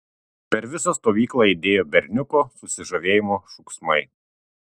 per visą stovyklą aidėjo berniuko susižavėjimo šūksmai